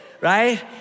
Right